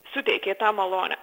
suteikė tą malonę